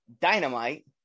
Dynamite